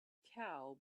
cow